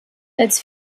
als